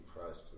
Christ